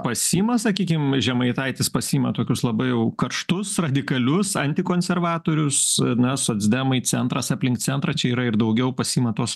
pasiima sakykim žemaitaitis pasiima tokius labai jau karštus radikalius antikonservatorius na socdemai centras aplink centrą čia yra ir daugiau pasima tuos